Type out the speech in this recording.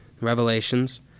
Revelations